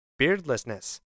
Beardlessness